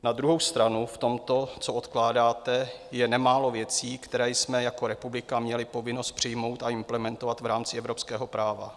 Na druhou stranu v tomto, co odkládáte, je nemálo věcí, které jsme jako republika měli povinnost přijmout a implementovat v rámci evropského práva.